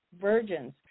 virgins